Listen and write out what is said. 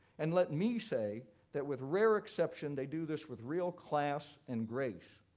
and let me say that with rare exception, they do this with real class and grace.